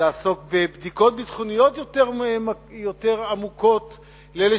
שתעסוק בבדיקות ביטחוניות יותר עמוקות לאלה